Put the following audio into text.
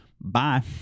Bye